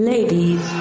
Ladies